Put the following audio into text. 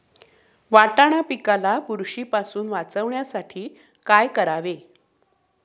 वाटाणा पिकाला बुरशीपासून वाचवण्यासाठी काय करावे?